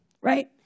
right